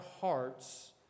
hearts